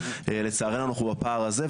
לצערנו אנחנו בפער הזה,